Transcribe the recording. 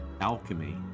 alchemy